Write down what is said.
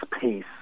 peace